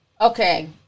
Okay